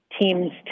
teams